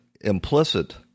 implicit